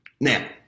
Now